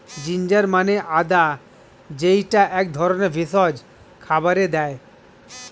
ginger মানে আদা যেইটা এক ধরনের ভেষজ খাবারে দেয়